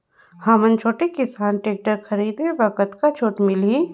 हमन छोटे किसान टेक्टर खरीदे बर कतका छूट मिलही?